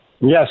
Yes